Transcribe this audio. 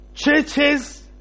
Churches